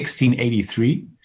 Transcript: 1683